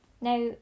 Now